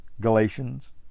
Galatians